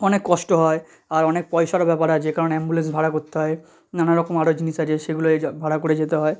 অনেক কষ্ট হয় আর অনেক পয়সারও ব্যাপার আছে কারণ অ্যাম্বুলেন্স ভাড়া করতে হয় নানা রকম আরো জিনিস আছে সেগুলোয় ভাড়া করে যেতে হয়